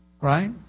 Right